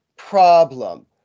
Problem